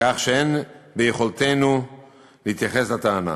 כך שאין ביכולתנו להתייחס לטענה.